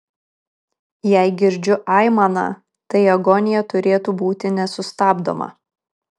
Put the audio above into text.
jei girdžiu aimaną tai agonija turėtų būti nesustabdoma